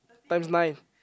times nine